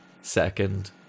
second